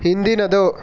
ಹಿಂದಿನದು